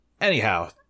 Anyhow